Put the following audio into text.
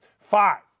Five